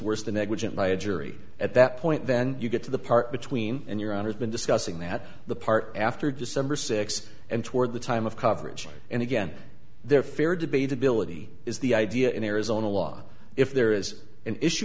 worse than negligent by a jury at that point then you get to the part between your honor's been discussing that the part after december sixth and toward the time of coverage and again they're fair debate ability is the idea in arizona law if there is an issue